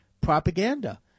propaganda